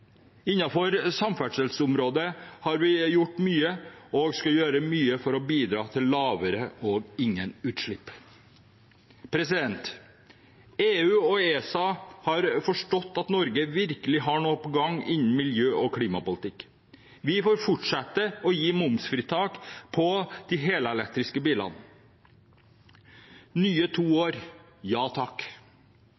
samferdselsområdet har vi gjort mye og skal gjøre mye for å bidra til lavere og ingen utslipp. EU og ESA har forstått at Norge virkelig har noe på gang innenfor klima- og miljøpolitikk. Vi får fortsette å gi momsfritak på de helelektriske bilene. Nye to